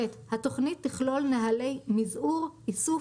(ב) התכנית תכלול נהלי מזעור איסוף,